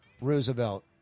Roosevelt